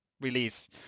release